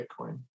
Bitcoin